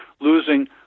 losing